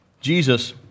Jesus